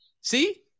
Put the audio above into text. See